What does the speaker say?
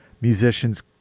musicians